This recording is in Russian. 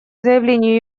заявлению